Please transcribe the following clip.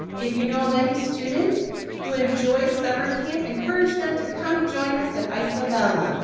if you know of any student who enjoy summer camp encourage them to come join us at isola bella.